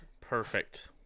perfect